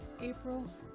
April